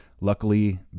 luckily